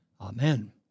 Amen